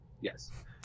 yes